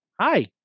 Hi